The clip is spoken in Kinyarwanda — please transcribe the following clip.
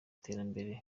iterambere